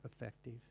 effective